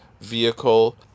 vehicle